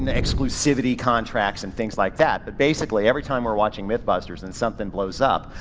and exclusivity contracts and things like that, but basically every time we're watching mythbusters and something blows up,